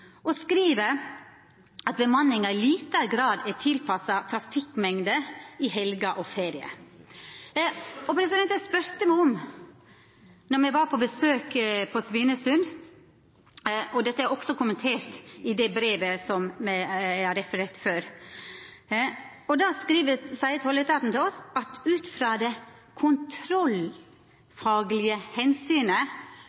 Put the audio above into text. og skriv at bemanninga i liten grad er tilpassa trafikkmengda i helger og feriar. Dette spurde me om då me var på besøk på Svinesund. Dette er òg kommentert i det brevet som eg har referert til tidlegare. Tolletaten seier til oss at ut frå det